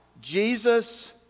Jesus